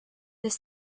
this